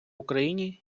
україні